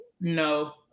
No